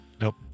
Nope